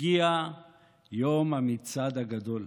הגיע יום המצעד הגדול.